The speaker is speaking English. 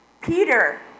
Peter